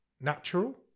natural